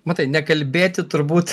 matai nekalbėti turbūt